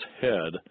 head